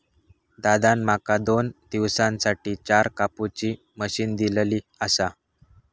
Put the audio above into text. दादान माका दोन दिवसांसाठी चार कापुची मशीन दिलली आसा